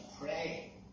pray